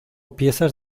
piezas